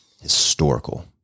historical